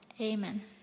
Amen